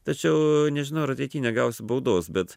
tačiau nežinau ar ateity negausiu baudos bet